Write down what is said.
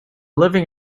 living